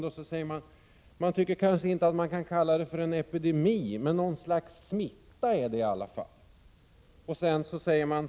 De säger vidare att det inte kan kallas en epidemi men att det är fråga om något slags smitta.